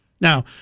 Now